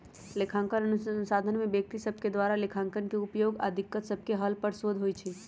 लेखांकन अनुसंधान में व्यक्ति सभके द्वारा लेखांकन के उपयोग आऽ दिक्कत सभके हल पर शोध होइ छै